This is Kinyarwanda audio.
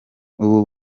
ubu